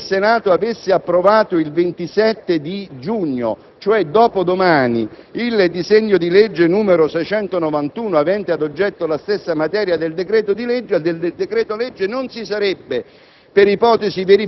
se il Senato avesse approvato il 27 giugno, cioè dopodomani, il disegno di legge n. 691 avente ad oggetto la stessa materia del decreto‑legge, non si sarebbe